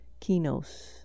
kinos